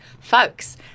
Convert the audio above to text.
folks